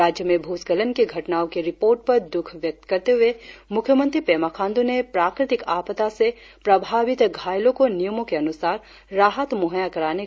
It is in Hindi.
राज्य में भूस्खलन की घटनाओं की रिपोर्ट पर द्रख व्यक्त करते हुए मुख्यमंत्री पेमा खांडू ने प्राकृतिक आपदा से प्रभावित घायलों को नियमों के अनुसार राहत मुहैय्या कराने का आश्वासन दिया